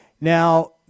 Now